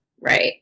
right